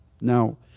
Now